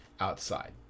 outside